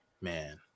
man